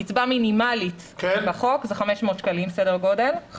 קצבה מינימלית בחוק זה 500 שקלים סדר גודל,